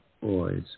boys